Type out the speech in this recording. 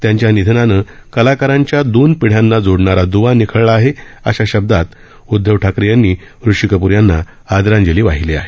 त्यांच्या निधनानं कलाकारांच्या दोन पिढ़यांना जोडणारा दवा निखळला आहे अशा शब्दात उदधव ठाकरे यांनी ऋषी कप्र यांना आदरांजली वाहिली आहे